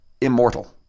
immortal